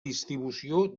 distribució